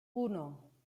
uno